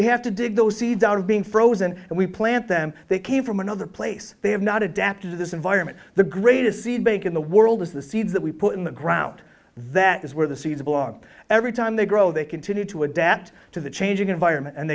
we have to dig those seeds out of being frozen and we plant them they came from another place they have not adapted to this environment the greatest seed bank in the world is the seeds that we put in the ground that is where the seeds belong every time they grow they continue to adapt to the changing environment and